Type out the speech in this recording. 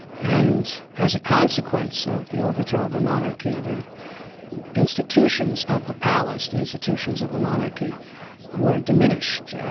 and as a consequence of the overthrow of the monarchy the institutions of the palace, the institutions of the monarchy were diminished.